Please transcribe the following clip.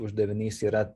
uždavinys yra